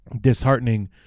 disheartening